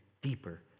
deeper